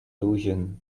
illusion